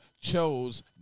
chose